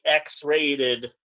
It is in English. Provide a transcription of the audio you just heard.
X-rated